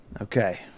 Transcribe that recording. Okay